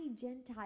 Gentiles